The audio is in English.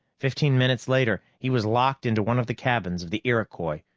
fifteen minutes later he was locked into one of the cabins of the iroquois,